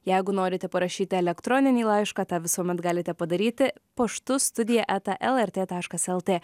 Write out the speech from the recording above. jeigu norite parašyti elektroninį laišką tą visuomet galite padaryti paštu studija eta lrt taškas lt